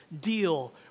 deal